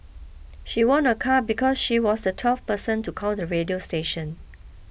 she won a car because she was the twelfth person to call the radio station